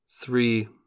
three